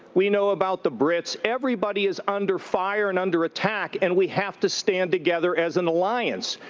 we know about the brits. everybody is under fire and under attack, and we have to stand together as an alliance.